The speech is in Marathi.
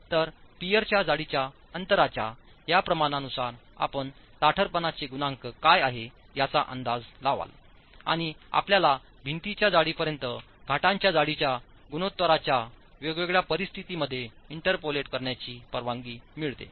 तर पियरच्या जाडीच्या अंतराच्या या प्रमाणानुसार आपण ताठरपणाचे गुणांक काय आहे याचा अंदाज लावाल आणि आपल्याला भिंतीच्या जाडीपर्यंत घाटांच्या जाडीच्या गुणोत्तरांच्या वेगवेगळ्या परिस्थितींमध्ये इंटरपॉलेट करण्याची परवानगी मिळते